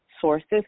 sources